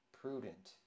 prudent